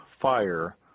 fire